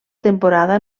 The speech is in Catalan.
temporada